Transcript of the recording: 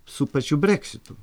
su pačiu breksitu